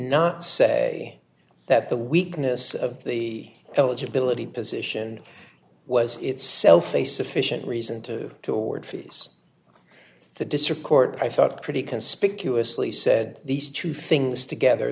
not say that the weakness of the eligibility position was itself a sufficient reason to to award fees to district court i thought pretty conspicuously said these two things together